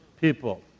people